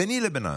ביני לבינם: